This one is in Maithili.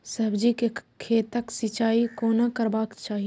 सब्जी के खेतक सिंचाई कोना करबाक चाहि?